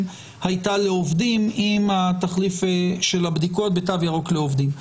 הייתה לעובדים עם התחליף של הבדיקות בתו ירוק לעובדים.